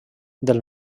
del